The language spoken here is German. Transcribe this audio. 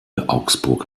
augsburg